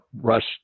rush